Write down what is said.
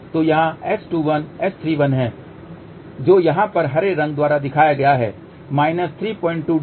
तो यह S21 S31 है जो यहाँ पर हरे रंग द्वारा दिखाया गया है 32 dB